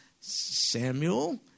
Samuel